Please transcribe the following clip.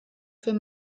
für